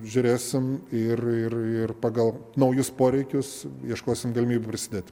žiūrėsim ir ir ir pagal naujus poreikius ieškosime galimybių prisidėti